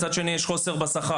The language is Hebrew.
מצד שני יש חוסר בשכר.